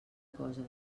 coses